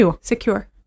Secure